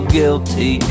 guilty